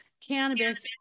cannabis